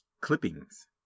clippings